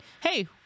hey